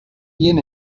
bien